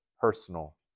personal